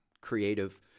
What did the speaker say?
creative